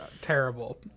terrible